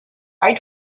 i’d